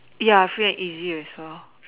ya free and easy we saw